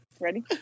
ready